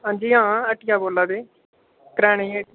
हां जी हां हट्टिया दा बोल्लै दे करेआने दी